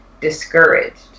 discouraged